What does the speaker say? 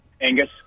Angus